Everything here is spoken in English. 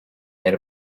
made